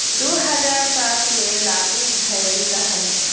दू हज़ार सात मे लागू भएल रहल